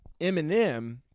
Eminem